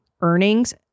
earnings